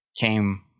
came